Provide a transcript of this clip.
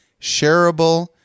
shareable